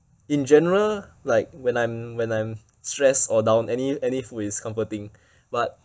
in general like when I'm when I'm stressed or down any any food is comforting but